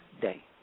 day